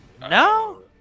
No